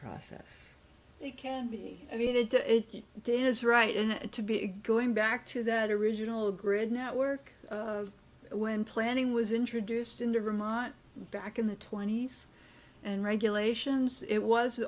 process it can be i mean it did it did is right and to be going back to that original grid network when planning was introduced into vermont back in the twenty's and regulations it was